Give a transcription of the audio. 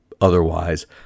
otherwise